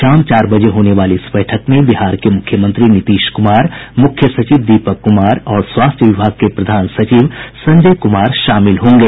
शाम चार बजे होने वाली इस बैठक में बिहार के मुख्यमंत्री नीतीश कुमार मुख्य सचिव दीपक कुमार और स्वास्थ्य विभाग के प्रधान सचिव संजय कुमार शामिल होंगे